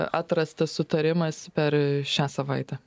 atrastas sutarimas per šią savaitę